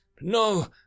No